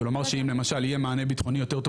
לומר שאם למשל יהיה מענה בטחוני יותר טוב